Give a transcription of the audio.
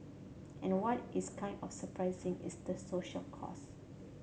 and what is kind of surprising is the social cost